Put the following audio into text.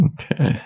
okay